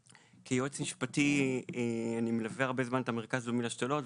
כיועץ משפטי אני מלווה הרבה זמן את המרכז הלאומי להשתלות,